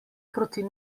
proti